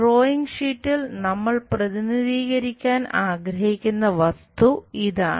drawing ഷീറ്റിൽ നമ്മൾ പ്രതിനിധീകരിക്കാൻ ആഗ്രഹിക്കുന്ന വസ്തു ഇതാണ്